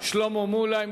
שלמה מולה.